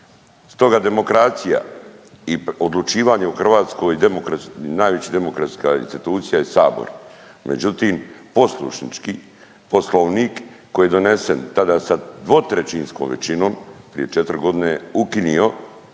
Stoga demokracija i odlučivanje u hrvatskoj demokratskoj, najveća demokratska institucija je Sabor, međutim, poslušnički Poslovnik koji je donesen tada sa dvotrećinskom većinom, prije 4 godine je ukinio